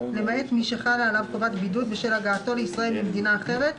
למעט מי שחלה עליו חובת בידוד בשל הגעתו לישראל ממדינה אחרת,